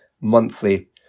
monthly